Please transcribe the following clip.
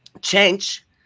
change